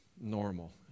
normal